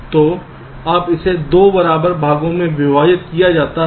तो जब इसे 2 बराबर भागों में विभाजित किया जाता है